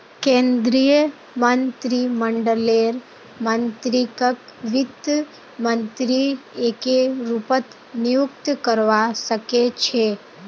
केन्द्रीय मन्त्रीमंडललेर मन्त्रीकक वित्त मन्त्री एके रूपत नियुक्त करवा सके छै